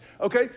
Okay